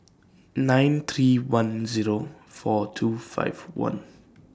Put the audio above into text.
nine three one Zero four two five one